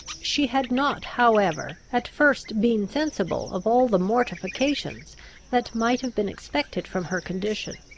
she had not, however, at first been sensible of all the mortifications that might have been expected from her condition.